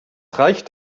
reicht